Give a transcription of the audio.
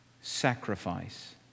Sacrifice